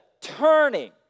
turning